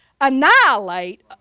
annihilate